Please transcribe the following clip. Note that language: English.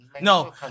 No